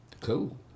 Cool